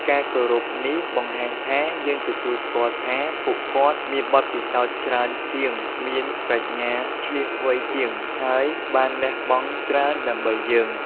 ការគោរពនេះបង្ហាញថា យើងទទួលស្គាល់ថាពួកគាត់មានបទពិសោធន៍ច្រើនជាង មានប្រាជ្ញាឈ្លាសវៃជាង ហើយបានលះបង់ច្រើនដើម្បីយើង។